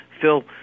Phil